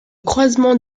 croisement